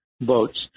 votes